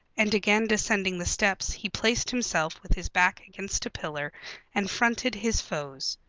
and again descending the steps he placed himself with his back against a pillar and fronted his foes.